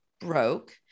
broke